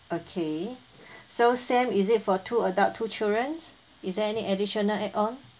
okay so same is it for two adult two childrens is there any additional add on